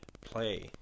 play